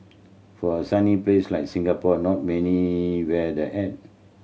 for a sunny place like Singapore not many wear the hat